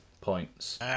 Points